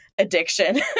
Addiction